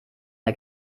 der